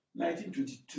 1922